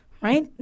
right